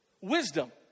wisdom